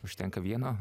užtenka vieno